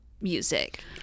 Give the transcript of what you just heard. music